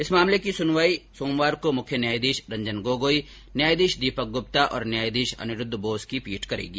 इस याचिका की सुनवाई सोमवार को मुख्य न्यायाधीश रंजन गोगोई न्यायाधीश दीपक गुप्ता और न्यायाधीश अनिरूद्ध बोस की पीठ करेगी